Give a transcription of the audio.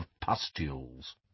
pustules